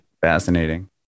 Fascinating